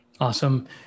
Awesome